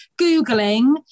googling